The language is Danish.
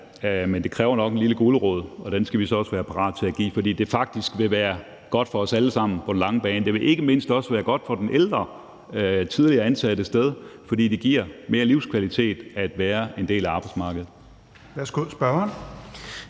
men det kræver nok en lille gulerod. Den skal vi så også være parate til at give, fordi det faktisk vil være godt for os alle sammen på den lange bane. Det vil ikke mindst også være godt for den ældre tidligere ansatte, fordi det giver mere livskvalitet at være en del af arbejdsmarkedet.